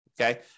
Okay